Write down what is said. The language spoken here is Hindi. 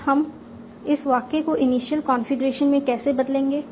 अब हम इस वाक्य को इनिशियल कॉन्फ़िगरेशन में कैसे बदलेंगे